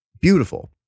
beautiful